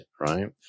right